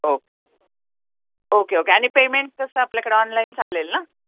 okay okay okay आणि payment कसं आपल्याकडे ऑनलाईन चालेल ना